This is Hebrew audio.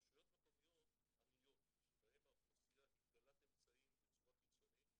רשויות מקומיות עניות שבהם האוכלוסייה היא דלת אמצעים בצורה קיצונית,